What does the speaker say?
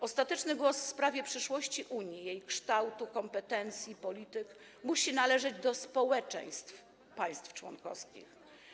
Ostateczny głos w sprawie przyszłości Unii, jej kształtu, kompetencji i polityk, musi należeć do społeczeństw państw członkowskich.